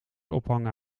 ophangen